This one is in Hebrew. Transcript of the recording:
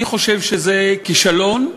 אני חושב שזה כישלון,